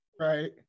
Right